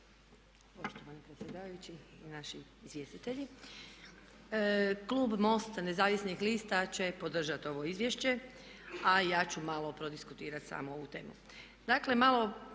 Poštovani predsjedavajući, naši izvjestitelji. Klub MOST-a nezavisnih lista će podržati ovo izvješće a ja ću malo prodiskutirati samo ovu temu. Dakle, malo